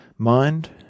Mind